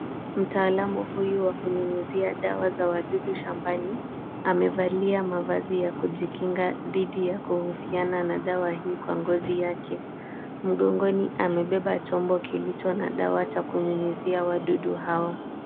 Mtaalamu huyu wa kunyunyizia dawa za wadudu shambani, amevalia mavazi ya kujikinga dhidi ya kuhusiana na dawa hii kwa ngozi yake. Mgongoni amebeba chombo kilicho na dawa cha kunyunyizia wadudu hawa.